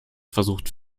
versucht